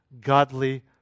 godly